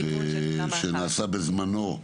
תיקון של תמ"א 1. שנעשה בזמנו.